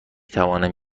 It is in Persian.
توانم